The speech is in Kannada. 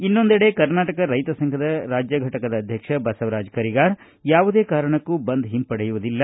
ಇನ್ನೊಂದೆಡೆ ಕರ್ನಾಟಕ ರೈತ ಸಂಘದ ರಾಜ್ಯ ಘಟಕದ ಅಧ್ವಕ್ಷ ಬಸವರಾಜ ಕರಿಗಾರ ಯಾವುದೇ ಕಾರಣಕ್ಕೂ ಬಂದ್ ಹಿಂಪಡೆಯುವುದಿಲ್ಲ